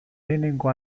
lehenengo